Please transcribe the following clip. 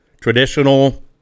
traditional